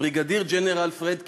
בריגדיר ג'נרל פרד קיש,